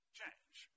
change